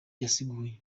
yasiguye